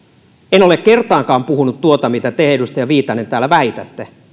en ole kertaakaan puhunut tuota mitä te edustaja viitanen täällä väitätte